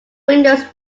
windows